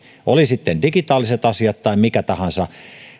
olivat sitten digitaaliset asiat tai mitkä tahansa